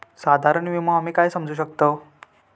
साधारण विमो आम्ही काय समजू शकतव?